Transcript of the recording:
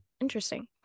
interesting